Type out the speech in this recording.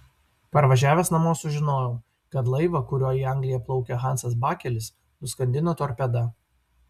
parvažiavęs namo sužinojau kad laivą kuriuo į angliją plaukė hansas bakelis nuskandino torpeda